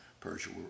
Persia